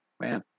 Man